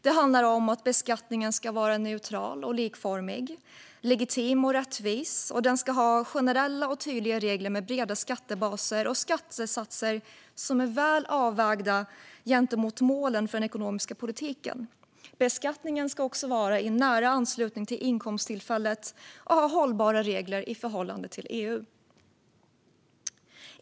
Det handlar om att beskattningen ska vara neutral och likformig, legitim och rättvis, och den ska ha generella och tydliga regler med breda skattebaser och skattesatser som är väl avvägda gentemot målen för den ekonomiska politiken. Beskattningen ska också ske i nära anslutning till inkomsttillfället och ha hållbara regler i förhållande till EU.